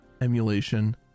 emulation